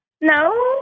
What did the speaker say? No